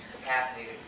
capacity